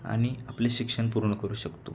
आणि आपले शिक्षण पूर्ण करू शकतो